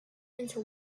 into